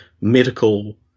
medical